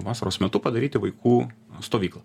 vasaros metu padaryti vaikų stovyklą